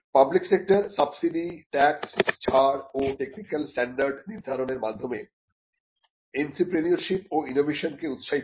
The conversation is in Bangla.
পাবলিক সেক্টর সাবসিডি ট্যাক্স ছাড় ও টেকনিক্যাল স্ট্যান্ডার্ড নির্ধারণের মাধ্যমে এন্ত্রেপ্রেনিয়ার্শিপ ও ইনোভেশন কে উৎসাহিত করে